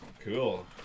Cool